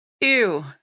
Ew